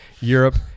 Europe